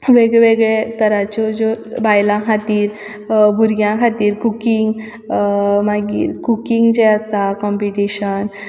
वेगवेगळ्या तराच्यो ज्यो बायलां खातीर वा भुरग्यां खातीर कुकींग मागीर कुकींग जें आसा कंम्पिटीशन